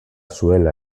zuela